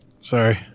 Sorry